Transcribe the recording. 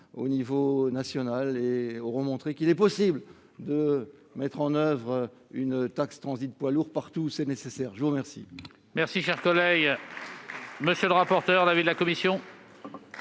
au niveau national. Ils auront montré qu'il est possible de mettre en oeuvre une taxe sur le transit des poids lourds partout où c'est nécessaire. Quel